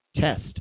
Test